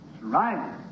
Right